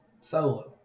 Solo